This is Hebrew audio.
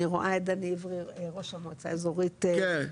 אני רואה את דני עברי ראש המועצה האזורית משגב,